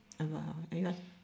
I will I will